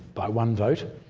by one vote,